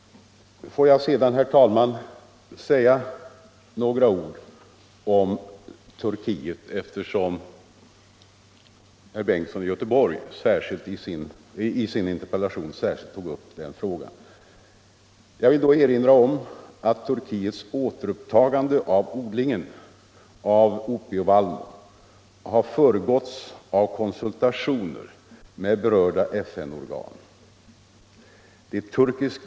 Låt mig sedan, herr talman, säga några ord om den återupptagna odlingen av opievallmo i Turkiet, eftersom herr Bengtsson i Göteborg särskilt tog upp den frågan i sin interpellation. Jag vill då erinra om att Turkiets återupptagande av odlingen av opievallmo har föregåtts av konsultationer med berörda FN-organ.